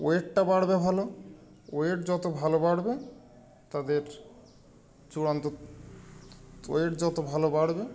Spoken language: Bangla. ওয়েটটা বাড়বে ভালো ওয়েট যত ভালো বাড়বে তাদের চূড়ান্ত ওয়েট যত ভালো বাড়বে